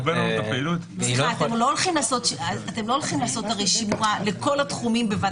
אתם לא הולכים לעשות שימוע לכל התחומים בבת אחת.